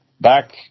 back